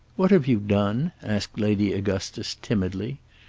what have you done? asked lady augustus, timidly.